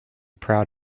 proud